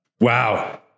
wow